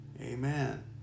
Amen